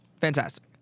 Fantastic